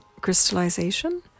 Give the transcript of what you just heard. crystallization